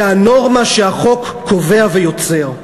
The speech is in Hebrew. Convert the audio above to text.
זה הנורמה שהחוק קובע ויוצר.